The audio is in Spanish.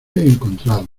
encontrado